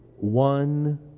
one